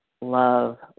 love